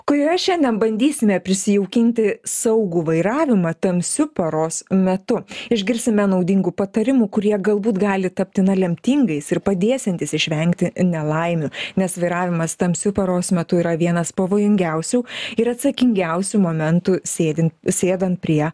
kurioje šiandien bandysime prisijaukinti saugų vairavimą tamsiu paros metu išgirsime naudingų patarimų kurie galbūt gali tapti na lemtingais ir padėsiantys išvengti nelaimių nes vairavimas tamsiu paros metu yra vienas pavojingiausių ir atsakingiausių momentu sėdint sėdant prie